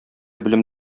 белем